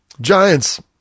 Giants